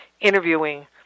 interviewing